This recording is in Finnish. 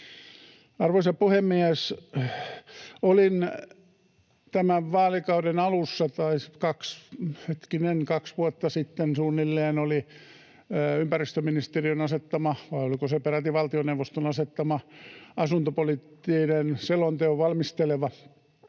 Arvoisa puhemies! Tämän vaalikauden alussa, hetkinen, kaksi vuotta sitten suunnilleen, oli ympäristöministeriön asettama — vai oliko se peräti valtioneuvoston asettama — asuntopoliittisen selonteon valmisteleva